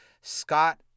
Scott